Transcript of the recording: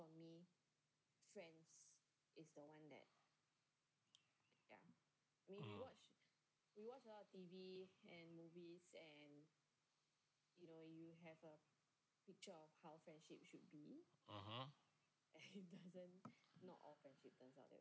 mm mmhmm mmhmm